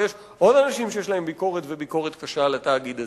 ויש עוד אנשים שיש להם ביקורת וביקורת קשה על התאגיד הזה.